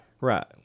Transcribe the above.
Right